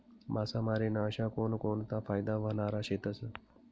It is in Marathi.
मासामारी ना अशा कोनकोनता फायदा व्हनारा शेतस?